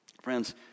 Friends